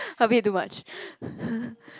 a bit too much